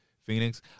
Phoenix